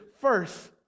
first